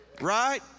Right